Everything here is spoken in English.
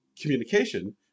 communication